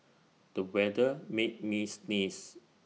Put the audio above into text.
the weather made me sneeze